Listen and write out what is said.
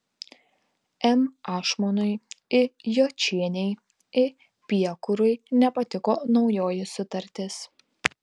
m ašmonui i jočienei i piekurui nepatiko naujoji sutartis